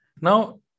Now